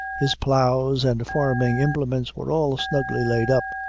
his ploughs and farming implements were all snugly laid up,